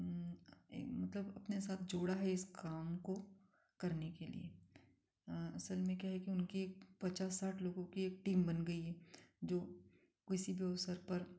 मतलब अपने साथ जोड़ा है इस काम को करने के लिए असल में क्या है कि उनकी एक पच्चास साठ लोगों की एक टीम बन गई है जो किसी भी अवसर पर